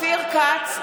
כץ,